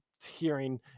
hearing